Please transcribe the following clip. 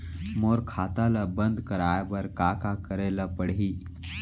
मोर खाता ल बन्द कराये बर का का करे ल पड़ही?